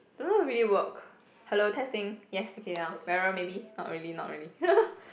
don't know really work hello testing yes okay now better maybe not really not really